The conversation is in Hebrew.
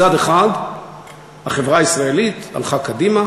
מצד אחד החברה הישראלית הלכה קדימה: